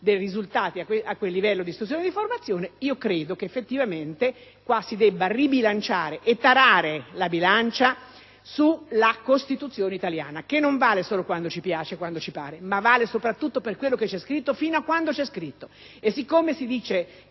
determinato livello di istruzione e di formazione. Credo che effettivamente si debba ribilanciare e tarare la bilancia sulla Costituzione italiana, la quale non vale solo quando ci piace e ci pare, ma vale soprattutto per quello che vi è scritto, fintantoché vi sarà scritto.